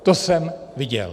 To jsem viděl.